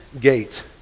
gate